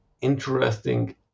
interesting